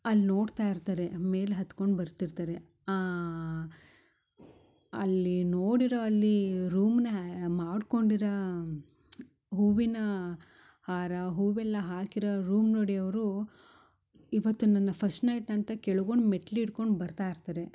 ಅಲ್ಲಿ ನೋಡ್ತಾ ಇರ್ತಾರೆ ಮೇಲೆ ಹತ್ಕೊಂಡು ಬರ್ತಿರ್ತಾರೆ ಅಲ್ಲಿ ನೋಡಿರೊ ಅಲ್ಲಿ ರೂಮ್ನಾ ಮಾಡ್ಕೊಂಡಿರಾ ಹೂವಿನ ಹಾರ ಹೂವೆಲ್ಲ ಹಾಕಿರೋ ರೂಮ್ ನೋಡಿ ಅವರು ಇವತ್ತು ನನ್ನ ಫಸ್ಟ್ ನೈಟ್ ಅಂತ ಕೆಳ್ಗೊಂಡು ಮೆಟ್ಲ ಇಟ್ಕೊಂಡು ಬರ್ತಾ ಇರ್ತಾರೆ